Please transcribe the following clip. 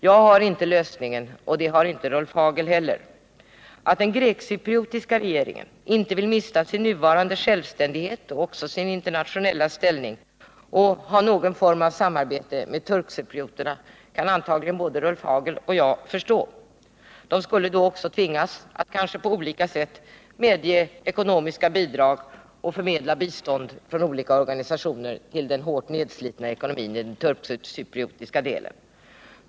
Jag har inte lösningen, och det har inte Rolf Hagel heller. Den grekcypriotiska regeringen vill inte mista sin nuvarande självständighet och sin internationella ställning och vill inte ha någon form av samarbete med turkcyprioterna. De skulle då kunna tvingas att på olika sätt ge ekonomiska bidrag och förmedla bistånd från olika organisationer till den hårt nedslitna ekonomin i den turkcypriotiska delen.